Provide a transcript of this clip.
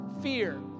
fear